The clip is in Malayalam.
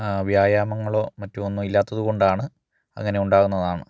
വ്യായാമങ്ങളോ മറ്റോ ഒന്നും ഇല്ലാത്തത് കൊണ്ടാണ് അങ്ങനെ ഉണ്ടാകുന്നതാണ്